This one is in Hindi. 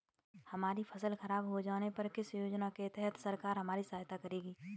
हमारी फसल खराब हो जाने पर किस योजना के तहत सरकार हमारी सहायता करेगी?